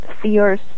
fears